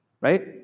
right